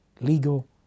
legal